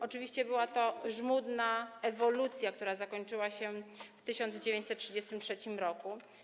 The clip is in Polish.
Oczywiście była to żmudna ewolucja, która zakończyła się w 1933 r.